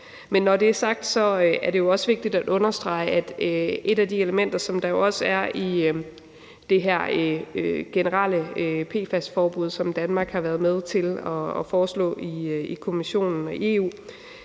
Men når det er sagt, er det jo også vigtigt at understrege, at et af de elementer, der også er i det her generelle PFAS-forbud, som Danmark har været med til at foreslå i Europa-Kommissionen, er,